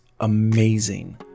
amazing